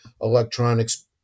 electronics